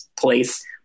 place